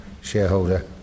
shareholder